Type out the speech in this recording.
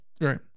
Right